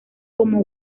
como